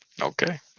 okay